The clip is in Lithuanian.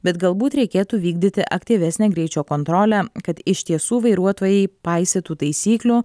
bet galbūt reikėtų vykdyti aktyvesnę greičio kontrolę kad iš tiesų vairuotojai paisytų taisyklių